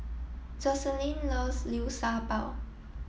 Joselin loves Liu Sha Bao